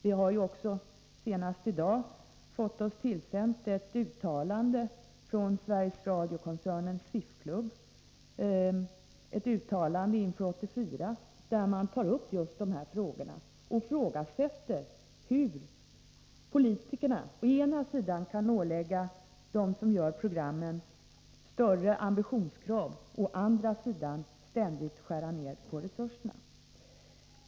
Vi har senast i dag fått oss tillsänt ett uttalande från Sveriges Radio-koncernens SIF-klubb där man tar upp just de här frågorna och ifrågasätter hur politikerna å ena sidan kan ålägga dem som gör programmen större ambitionskrav och å andra sidan ständigt skära ner på resurserna.